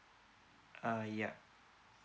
uh yeah